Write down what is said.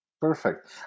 perfect